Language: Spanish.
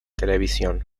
televisión